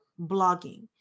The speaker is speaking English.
blogging